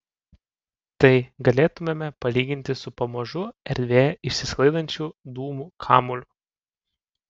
tai galėtumėme palyginti su pamažu erdvėje išsisklaidančiu dūmų kamuoliu